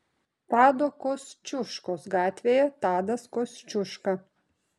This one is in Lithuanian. tado kosciuškos gatvėje tadas kosciuška